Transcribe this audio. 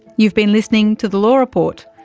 you've been listening to the law report.